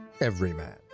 everyman